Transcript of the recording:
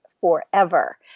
forever